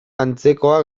antzekoa